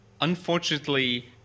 unfortunately